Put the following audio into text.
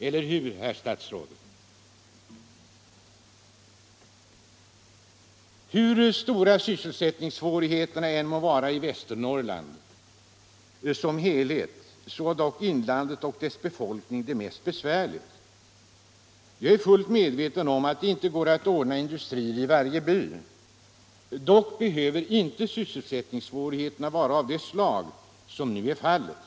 Eller hur, herr statsråd? Nr 62 Hur stora sysselsättningssvårigheterna än må vara i Västernorrland som helhet, har dock inlandet och dess befolkning det mest besvärligt. Jag är fullt medveten om att det inte går att ordna industrier till varje = by. Dock behöver inte sysselsättningssvårigheterna vara av det slag som Om åtgärder mot nu är fallet.